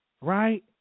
Right